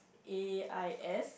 A I S